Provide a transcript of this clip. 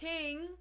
king